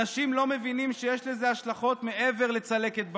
אנשים לא מבינים שיש לזה השלכות מעבר לצלקת בראש.